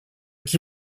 qui